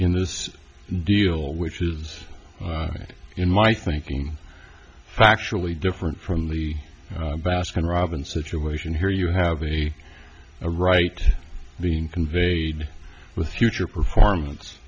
in this deal which is in my thinking factually different from the baskin robbins situation here you have a a right being conveyed with future performance